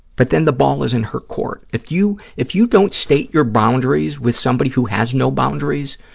but then the ball is in her court. if you if you don't state your boundaries with somebody who has no boundaries,